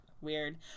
Weird